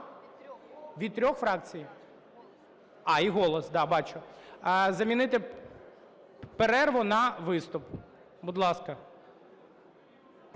Від трьох фракцій? А, і "Голос", бачу. Замінити перерву на виступ. Будь ласка.